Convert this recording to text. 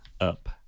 up